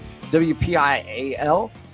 WPIAL